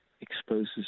exposes